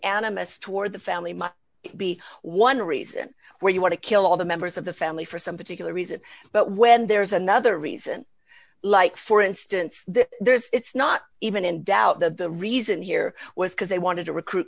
animist toward the family might be one reason where you want to kill all the members of the family for some particular reason but when there is another reason like for instance there's it's not even in doubt that the reason here was because they wanted to recruit